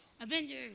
Avengers